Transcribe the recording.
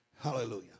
Hallelujah